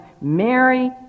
Mary